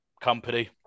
company